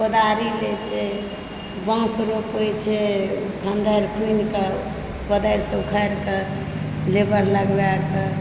कोदारी लए छै बांस रोपै छै खंद आर खुनिके कोदारिसंँ उखारि कऽ लेबर लगबाए कऽ